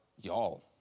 y'all